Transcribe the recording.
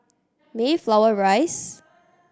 Mayflower Rise